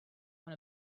one